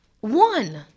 One